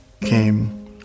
came